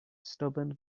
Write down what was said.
stubborn